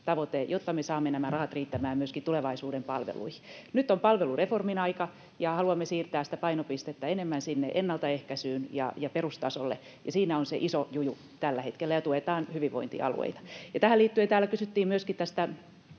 jotta me saamme nämä rahat riittämään myöskin tulevaisuuden palveluihin. Nyt on palvelureformin aika, ja haluamme siirtää painopistettä enemmän ennaltaehkäisyyn ja perustasolle — siinä on se iso juju tällä hetkellä — ja tuemme hyvinvointialueita. Tähän liittyen täällä kysyttiin myöskin tästä